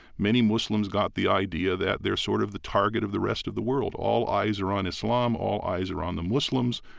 many muslims got the idea that they're sort of the target of the rest of the world. all eyes are on islam, all eyes are on the muslims,